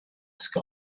sky